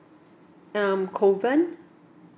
um kovan